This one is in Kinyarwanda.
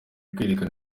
kwerekana